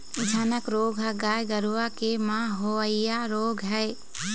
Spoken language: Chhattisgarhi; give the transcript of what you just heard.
झनक रोग ह गाय गरुवा के म होवइया रोग हरय